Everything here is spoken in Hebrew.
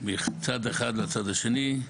מצד אחד לצד השני.